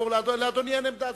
לאדוני אין עמדה?